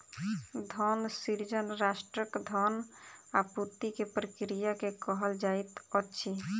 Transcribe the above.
धन सृजन राष्ट्रक धन आपूर्ति के प्रक्रिया के कहल जाइत अछि